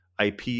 IP